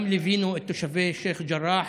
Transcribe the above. גם ליווינו את תושבי שייח' ג'ראח